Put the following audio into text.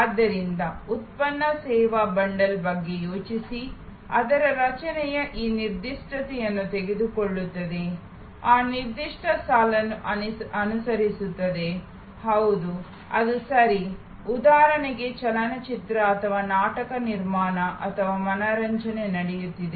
ಆದ್ದರಿಂದ ಉತ್ಪನ್ನ ಸೇವಾ ಬಂಡಲ್ ಬಗ್ಗೆ ಯೋಚಿಸಿ ಅದರ ರಚನೆಗಳು ಈ ನಿರ್ದಿಷ್ಟತೆಯನ್ನು ತೆಗೆದುಕೊಳ್ಳುತ್ತದೆ ಈ ನಿರ್ದಿಷ್ಟ ಸಾಲನ್ನು ಅನುಸರಿಸುತ್ತದೆ ಹೌದು ಅದು ಸರಿ ಉದಾಹರಣೆಗೆ ಚಲನಚಿತ್ರ ಅಥವಾ ನಾಟಕ ನಿರ್ಮಾಣ ಅಥವಾ ಮನರಂಜನೆ ನಡೆಯುತ್ತಿದೆ